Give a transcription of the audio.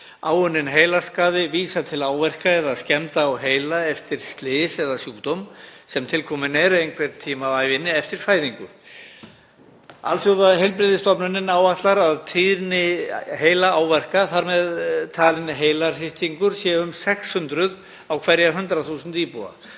og er þar vísað til áverka eða skemmda á heila eftir slys eða sjúkdóma og er til kominn einhvern tíma á ævinni eftir fæðingu. Alþjóðaheilbrigðismálastofnunin áætlar að tíðni heilaáverka, þar með talinn heilahristingur, sé um 600 á hverja 100.000 íbúa